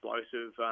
explosive